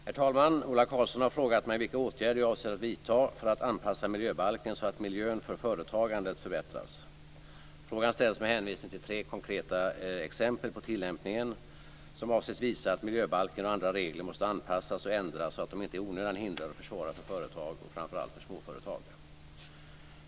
Herr talman! Ola Karlsson har frågat mig vilka åtgärder jag avser att vidta för att anpassa miljöbalken så att miljön för företagandet förbättras. Frågan ställs med hänvisning till tre konkreta exempel på tillämpningen som avses visa att miljöbalken och andra regler måste anpassas och ändras så att de inte i onödan hindrar och försvårar för företag och framför allt småföretag.